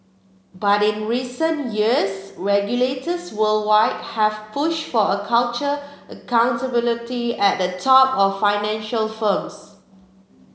but in recent years regulators worldwide have pushed for a culture accountability at the top of financial firms